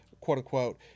quote-unquote